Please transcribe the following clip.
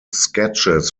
sketches